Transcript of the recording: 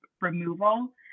removal